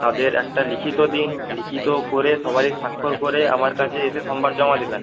তাদের একটা লিখিত দিন লিখিত করে সবারই স্বাক্ষর করে আমার কাছে এসে সোমবার জমা দেবেন